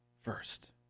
first